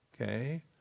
okay